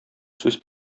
сүз